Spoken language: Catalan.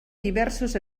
diversos